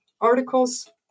articles